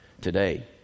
today